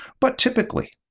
but typically,